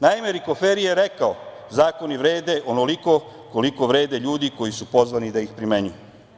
Naime, Rikoferi je rekao – zakoni vrede onoliko koliko vrede ljudi koji su pozvani da ih primenjuju.